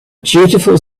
dutiful